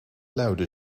luide